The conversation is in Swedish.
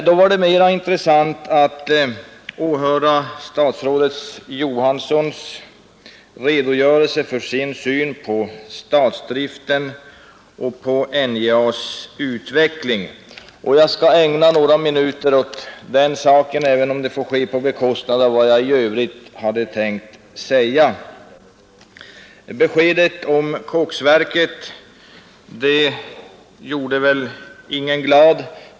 Då var det mera intressant att åhöra statsrådets Johanssons redo görelse för sin syn på statsdriften och på NJA:s utveckling. Jag skall ägna några minuter åt den saken, även om det får ske på bekostnad av vad jag i övrigt hade tänkt säga. Beskedet om koksverket gjorde väl ingen glad.